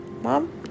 mom